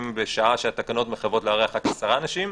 בשעה שהתקנות מחייבות לארח רק 10 אנשים,